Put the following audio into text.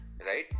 right